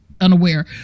unaware